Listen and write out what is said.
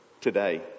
today